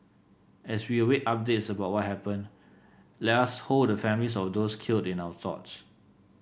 as we await updates about what happened let us hold the families of those killed in our thoughts